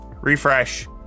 Refresh